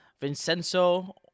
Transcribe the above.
Vincenzo